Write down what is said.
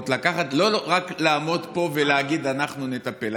לא רק לעמוד פה ולהגיד: אנחנו נטפל.